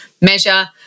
measure